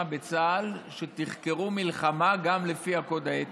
בצה"ל שתחקרו מלחמה גם לפי הקוד האתי.